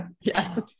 Yes